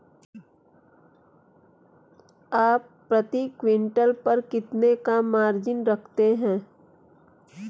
आप प्रति क्विंटल पर कितने का मार्जिन रखते हैं?